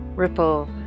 ripple